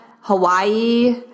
Hawaii